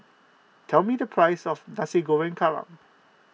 tell me the price of Nasi Goreng Kerang